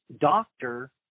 doctor